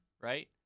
right